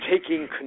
taking